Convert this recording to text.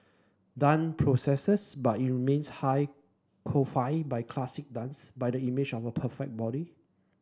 dance progresses but it remains high codified by classical dance by the image of the perfect body